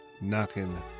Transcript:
Knocking